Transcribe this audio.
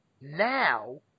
now